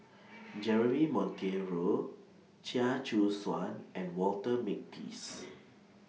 Jeremy Monteiro Chia Choo Suan and Walter Makepeace